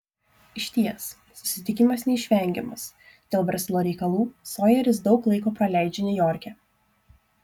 išties susitikimas neišvengiamas dėl verslo reikalų sojeris daug laiko praleidžia niujorke